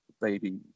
baby